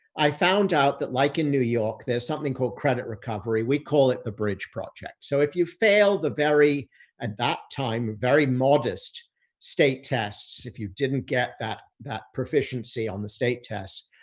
i found out that like in new york, there's something called credit recovery. we call it the bridge project. so, if you fail the very at that time, very modest state tests, if you didn't get that, that, that proficiency on the state tests,